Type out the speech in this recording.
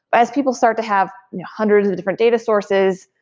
but as people start to have hundreds of different data sources,